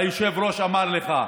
והיושב-ראש אמר לך,